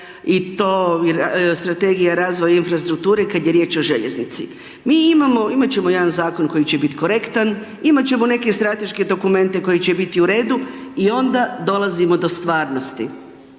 i to Strategija razvoja i infrastrukture kada je riječ o željeznici. Mi imamo, imati ćemo jedan zakon koji će biti korektan, imati ćemo neke strateške dokumente koji će biti u redu i onda dolazimo do stvarnosti.